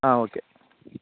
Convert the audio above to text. okay